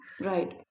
Right